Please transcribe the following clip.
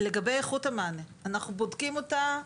לגבי איכות המענה אנחנו בודקים אותה.